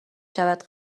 شود